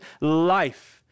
life